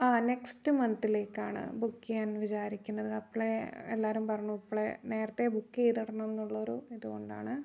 ആ നെക്സ്റ്റ് മന്തിലേക്കാണ് ബുക്ക് ചെയ്യാൻ വിചാരിക്കുന്നത് അപ്പൊഴേ എല്ലാവരും പറഞ്ഞു ഇപ്പൊഴേ നേരത്തെ ബുക്ക് ചെയ്തു ഇടണം എന്നുള്ളത് ഒരു ഇതുകൊണ്ടാണ്